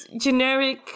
generic